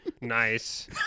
Nice